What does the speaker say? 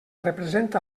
representa